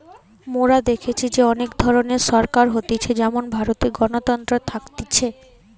মোরা দেখেছি যে অনেক ধরণের সরকার হতিছে যেমন ভারতে গণতন্ত্র থাকতিছে